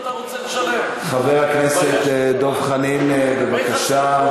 חבר הכנסת דב חנין, בבקשה.